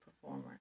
performer